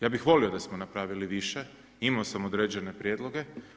Ja bih volio da smo napravili više, imao sam određene prijedloge.